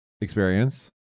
Experience